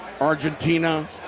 Argentina